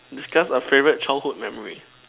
discuss a favourite childhood memory